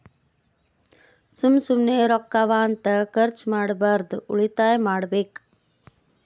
ಸುಮ್ಮ ಸುಮ್ಮನೆ ರೊಕ್ಕಾ ಅವಾ ಅಂತ ಖರ್ಚ ಮಾಡ್ಬಾರ್ದು ಉಳಿತಾಯ ಮಾಡ್ಬೇಕ್